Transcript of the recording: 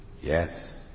Yes